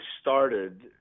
started